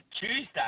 Tuesday